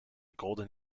golden